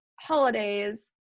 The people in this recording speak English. holidays